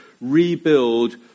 rebuild